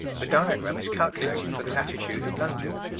the diagram is calculated for the latitude of london,